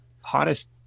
hottest